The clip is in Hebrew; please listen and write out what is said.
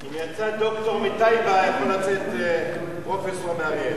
אם יצא דוקטור מטייבה, יכול לצאת פרופסור מאריאל.